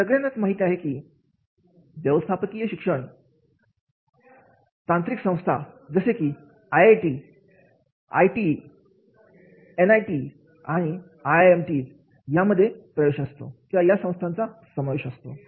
सगळ्यांनाच माहिती असेल की व्यवस्थापकीय शिक्षण पण आणि तांत्रिक संस्था जसे की I I T N I I T आणि I I I M T M यांचा समावेश होतो